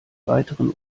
weiteren